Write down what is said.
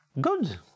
good